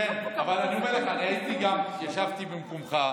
כן, אני אומר לך, גם ישבתי במקומך.